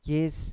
Yes